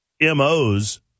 mo's